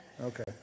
Okay